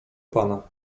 pana